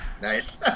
nice